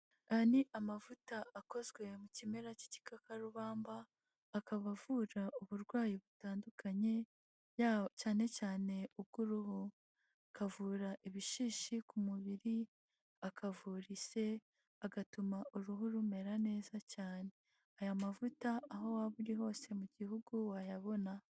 Aya ni amavuta akozwe mu kimera cy'igikakarubamba akaba avura uburwayi butandukanye, yaba cyane cyane ubw'uruhu, akavura ibishishi ku mubiri, akavura ise, agatuma uruhu rumera neza cyane. Aya mavuta aho waba uri hose mu gihugu wayabona.